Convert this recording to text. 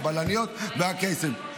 הבלניות והקייסים.